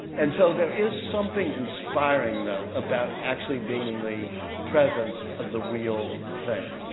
and so there is something inspiring though about actually being in the presence of the real thing.